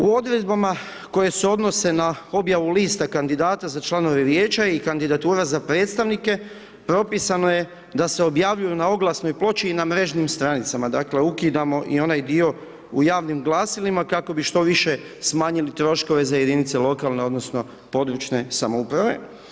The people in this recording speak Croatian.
U odredbama koje se odnose na objavu lista kandidata za članove vijeća i kandidatura za predstavnike, propisano je da se objavljuju na oglasnoj ploči i na mrežnim stranicama, dakle, ukidamo i onaj dio u javnim glasilima, kako bi što više smanjili troškove za jedinice lokalne odnosno područne samouprave.